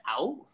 out